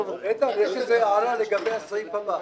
------ איתן, יש איזו הערה לגבי הסעיף הבא.